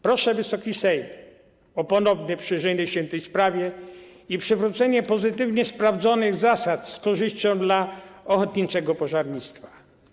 Proszę Wysoki Sejm o ponowne przyjrzenie się tej sprawie i przywrócenie pozytywnie sprawdzonych zasad, z korzyścią dla ochotniczego pożarnictwa.